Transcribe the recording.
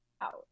out